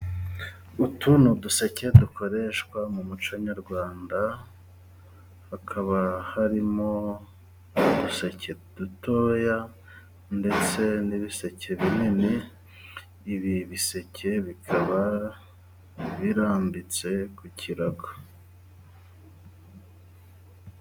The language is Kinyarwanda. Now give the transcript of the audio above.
Utu ni uduseke dukoreshwa mu muco nyarwanda, hakaba harimo uduseke dutoya, ndetse n'ibiseke binini, ibi biseke bikaba birambitse ku kirago.